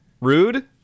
rude